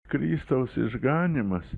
kristaus išganymas